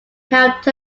helped